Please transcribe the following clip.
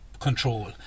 control